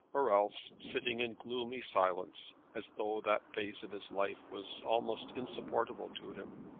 or else sitting in gloomy silence, as though that phase of his life was almost insupportable to him.